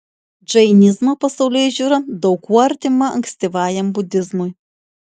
džainizmo pasaulėžiūra daug kuo artima ankstyvajam budizmui